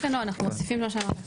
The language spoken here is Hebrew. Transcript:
כן אנחנו מוסיפים מה שאמרת.